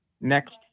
next